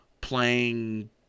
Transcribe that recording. playing